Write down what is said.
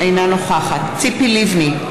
אינה נוכחת ציפי לבני,